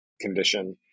condition